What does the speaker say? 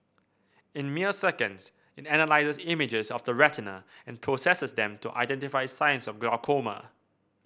in mere seconds it analyses images of the retina and processes them to identify signs of glaucoma